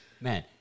man